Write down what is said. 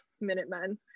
Minutemen